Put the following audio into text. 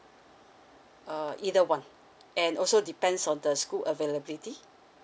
uh either one and also depends on the school availability